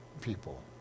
people